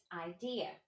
idea